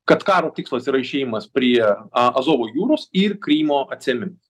kad karo tikslas yra išėjimas prie a azovo jūros ir krymo atsiėmimas